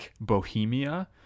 Bohemia